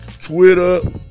Twitter